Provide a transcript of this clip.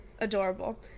adorable